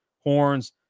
horns